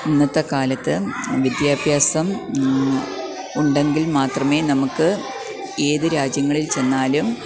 ഇന്നത്തെക്കാലത്ത് വിദ്യാഭ്യാസം ഉണ്ടെങ്കിൽ മാത്രമേ നമുക്ക് ഏതു രാജ്യങ്ങളിൽച്ചെന്നാലും